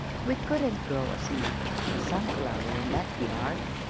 we couldn't grow as much as a sunflower in that yard,